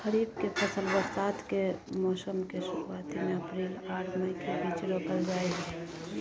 खरीफ के फसल बरसात के मौसम के शुरुआती में अप्रैल आर मई के बीच रोपल जाय हय